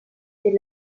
est